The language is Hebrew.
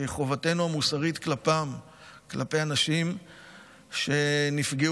וחובתנו המוסרית כלפי האנשים שנפגעו,